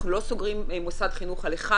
אנחנו לא סוגרים מוסד חינוך על אחד,